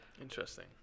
Interesting